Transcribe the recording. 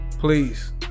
Please